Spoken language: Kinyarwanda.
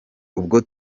ubwo